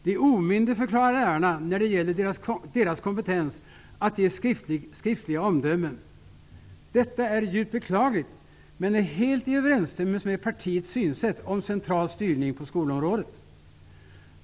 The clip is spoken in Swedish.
De omyndigförklarar lärarna när det gäller deras kompetens att ge skriftliga omdömen. Detta är djupt beklagligt, men är helt i överensstämmelse med partiets synsätt om central styrning på skolområdet.